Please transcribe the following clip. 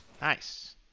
Nice